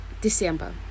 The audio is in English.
December